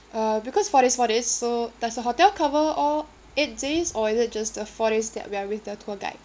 uh because four days four days so does the hotel cover all eight days or is it just the four days that we're with the tour guide